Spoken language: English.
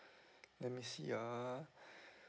let me see ah